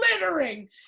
littering